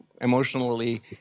emotionally